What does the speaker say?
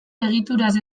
egituraz